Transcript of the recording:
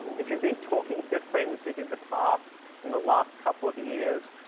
if you'd been talking to friends who did the class in the last couple of years,